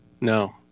no